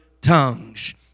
tongues